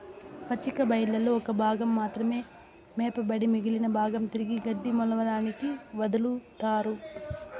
పచ్చిక బయళ్లలో ఒక భాగం మాత్రమే మేపబడి మిగిలిన భాగం తిరిగి గడ్డి మొలవడానికి వదులుతారు